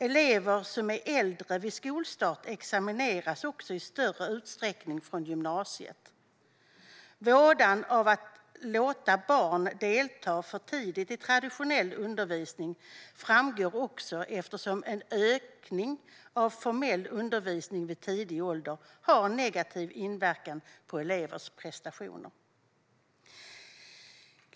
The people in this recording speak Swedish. Elever som är äldre vid skolstart examineras också i större utsträckning från gymnasiet". Vådan av att låta barn delta för tidigt i traditionell undervisning framgår också eftersom "en ökning av formell undervisning vid tidig ålder har en negativ inverkan på elevers prestationer".